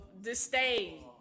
disdain